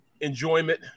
enjoyment